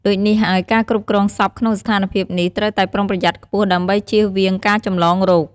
ដូចនេះហើយ ការគ្រប់គ្រងសពក្នុងស្ថានភាពនេះត្រូវតែប្រុងប្រយ័ត្នខ្ពស់ដើម្បីជៀសវាងការចម្លងរោគ។